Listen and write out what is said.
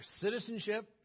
citizenship